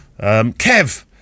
Kev